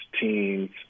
teams